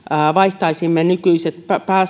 vaihdamme nykyiset